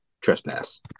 trespass